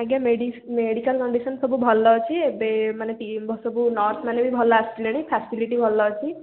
ଆଜ୍ଞା ମେଡ଼ିସ୍ medical condition ସବୁ ଭଲ ଅଛି ଏବେ ମାନେ ସବୁ ନର୍ସମାନେ ବି ଭଲ ଆସିଲେଣି ଫାସିଲିଟି ଭଲ ଅଛି